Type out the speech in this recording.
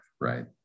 Right